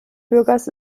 bürgers